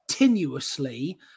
Continuously